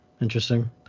interesting